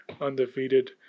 Undefeated